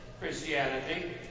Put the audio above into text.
Christianity